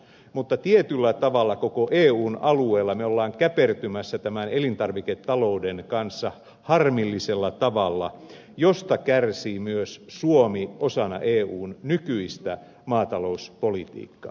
mutta tietyllä tavalla koko eun alueella me olemme käpertymässä tämän elintarviketalouden kanssa harmillisella tavalla josta kärsii myös suomi osana eun nykyistä maatalouspolitiikkaa